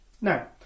now